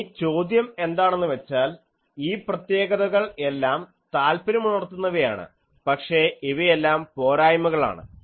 ഇനി ചോദ്യം എന്താണെന്നുവെച്ചാൽ ഈ പ്രത്യേകതകൾ എല്ലാം താൽപര്യമുണർത്തുന്നവയാണ് പക്ഷേ ഇവയെല്ലാം പോരായ്മകളാണ്